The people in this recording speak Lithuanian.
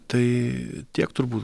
tai tiek turbūt